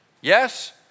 yes